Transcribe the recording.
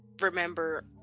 remember